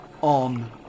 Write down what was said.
on